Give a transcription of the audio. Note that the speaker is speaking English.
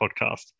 podcast